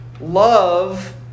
Love